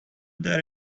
there